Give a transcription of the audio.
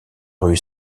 rue